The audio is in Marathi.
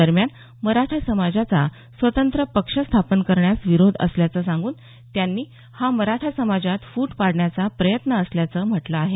दरम्यान मराठा समाजाचा स्वतंत्र पक्ष स्थापन करण्यास विरोध असल्याचं सांगून त्यांनी हा मराठा समाजात फूट पाडण्याचा प्रयत्न असल्याचं म्हटलं आहे